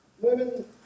women